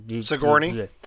Sigourney